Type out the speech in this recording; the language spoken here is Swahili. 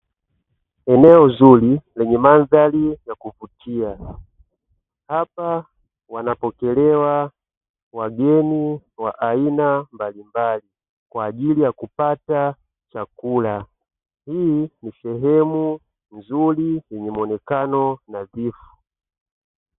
Eneo zuri lenye mandhari ya kuvutia, hapa wanapokelewa wageni wa aina mbalimbali. Kwa ajili ya kupata chakula, hii ni sehemu nzuri yenye muonekano nadhifu.